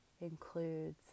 includes